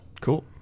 Cool